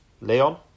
Leon